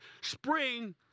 spring